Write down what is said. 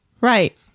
Right